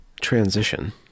transition